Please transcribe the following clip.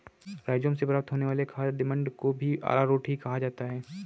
rhizome से प्राप्त होने वाले खाद्य मंड को भी अरारोट ही कहा जाता है